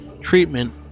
treatment